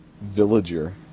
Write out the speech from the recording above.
villager